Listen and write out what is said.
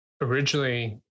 originally